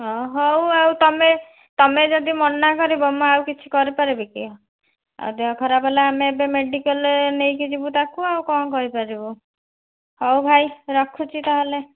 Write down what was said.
ହଉ ଆଉ ତମେ ତମେ ଯଦି ମନା କରିବ ମୁଁ ଆଉ କିଛି କରି ପାରିବିକି ଆଉ ଦେହ ଖରାପ ହେଲା ଆମେ ଏବେ ମେଡ଼ିକାଲ୍ ନେଇକି ଯିବୁ ତାକୁ ଆଉ କ'ଣ କରିପାରିବୁ ହଉ ଭାଇ ରଖୁଛି ତା'ହେଲେ